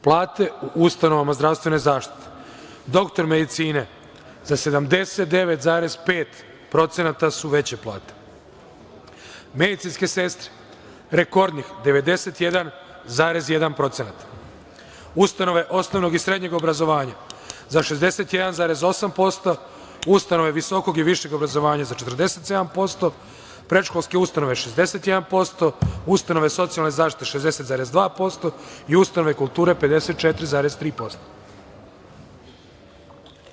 Plate u ustanovama zdravstvene zaštite: doktor medicine za 79,5% su veće plate, medicinske sestre, rekordnih 91,1%, ustanove osnovnog i srednjeg obrazovanja za 61,8%, ustanove visokog i višeg obrazovanja za 47%, predškolske ustanove 61%, ustanove socijalne zaštite 60,2%, i ustanove kulture 54,3%